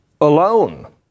alone